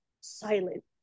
silent